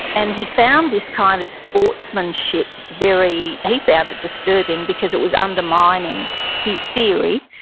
and he found this kind of sportsmanship very, he found it disturbing because it was undermining his theory,